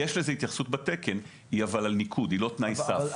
יש לזה התייחסות בתקן אבל היא על ניקוד ולא תנאי סף.